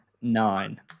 nine